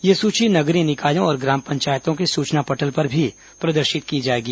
यह सूची नगरीय निकायों और ग्राम पंचायतों के सूचना पटल पर भी प्रदर्शित की जाएगी